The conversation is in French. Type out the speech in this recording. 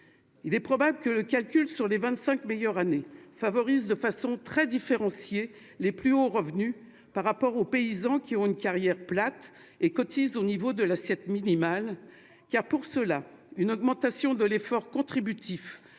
Il est probable que le calcul sur les vingt-cinq meilleures années favorise, de façon très différenciée, les plus hauts revenus par rapport aux paysans qui ont eu une carrière plate et qui ont cotisé au niveau de l'assiette minimale. Pour ceux-là, une augmentation de l'effort contributif